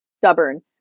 stubborn